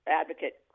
advocate